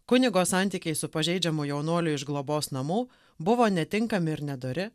kunigo santykiai su pažeidžiamų jaunuolių iš globos namų buvo netinkami ir nedori